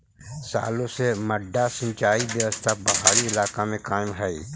सालो से मड्डा सिंचाई व्यवस्था पहाड़ी इलाका में कायम हइ